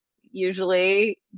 usually